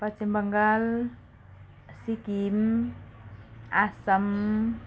Paschim Bangal Sikkim Assam